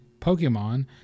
Pokemon